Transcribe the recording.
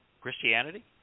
Christianity